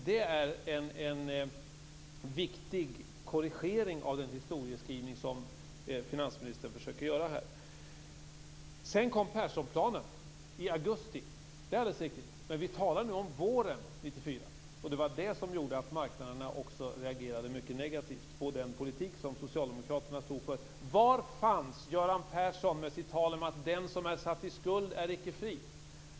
Det är en viktig korrigering av den historieskrivning som finansministern försöker göra här. Sedan kom Perssonplanen i augusti. Det är alldeles riktigt. Men vi talar nu om vad som hände våren 1994. Det var det som gjorde att marknaderna reagerade negativt på den politik som socialdemokraterna stod för. Var fanns Göran Persson med sitt tal om: Den som är satt i skuld är icke fri?